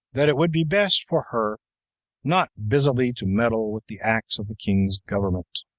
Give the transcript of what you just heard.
that it would be best for her not busily to meddle with the acts of the king's government.